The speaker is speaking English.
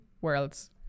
worlds